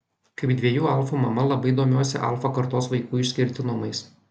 kaip dviejų alfų mama labai domiuosi alfa kartos vaikų išskirtinumais